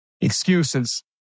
Excuses